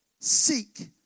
Seek